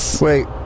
Wait